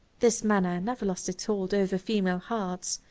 this manner never lost its hold over female hearts,